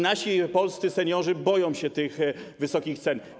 Nasi polscy seniorzy boją się tych wysokich cen.